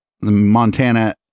Montana